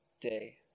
day